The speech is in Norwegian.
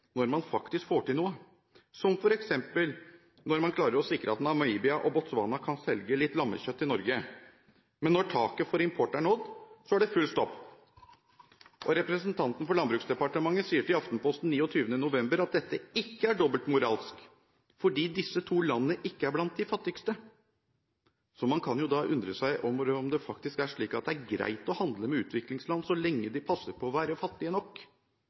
når man faktisk får til noe, som f.eks. når man klarer å sikre at Namibia og Botswana kan selge litt lammekjøtt til Norge. Men når taket for import er nådd, er det full stopp. Representanten for Landbruksdepartementet sier til Aftenposten 29. november at dette ikke er dobbeltmoral, fordi disse to landene ikke er «blant de fattigste». Man kan jo da undre seg på om det faktisk er slik at det er greit å handle med utviklingsland så lenge de passer på å være fattige nok,